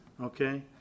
Okay